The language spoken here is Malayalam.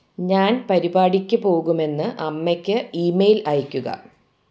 ഞാൻ പരിപാടിക്ക് പോകുമെന്ന് അമ്മക്ക് ഇമെയിൽ അയക്കുക